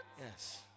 Yes